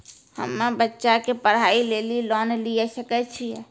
हम्मे बच्चा के पढ़ाई लेली लोन लिये सकय छियै?